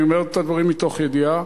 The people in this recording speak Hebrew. ואני אומר את הדברים מתוך ידיעה,